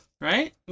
Right